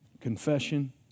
confession